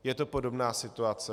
Je to podobná situace.